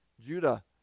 Judah